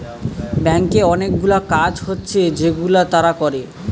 ব্যাংকে অনেকগুলা কাজ হচ্ছে যেগুলা তারা করে